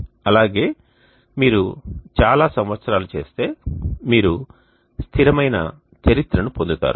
అలాగే మీరు చాలా సంవత్సరాలు చేస్తే మీరు స్థిరమైన చరిత్రను పొందుతారు